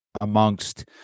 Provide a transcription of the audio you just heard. amongst